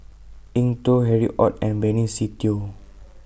Eng Tow Harry ORD and Benny Se Teo